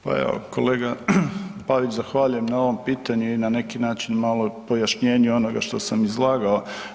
Pa evo, kolega Pavić zahvaljujem na ovom pitanju i na neki način malo i pojašnjenju onoga što sam izlagao.